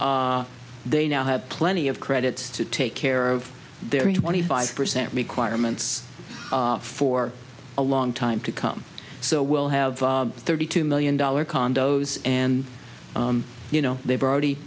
they now have plenty of credits to take care of their twenty five percent requirements for a long time to come so we'll have thirty two million dollars condos and you know they've already